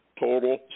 Total